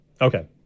Okay